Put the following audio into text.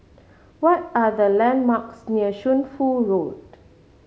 what are the landmarks near Shunfu Road